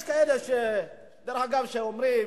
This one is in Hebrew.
יש כאלה, דרך אגב, שאומרים